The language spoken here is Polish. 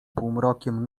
półmrokiem